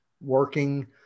working